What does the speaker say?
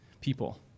people